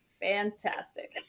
fantastic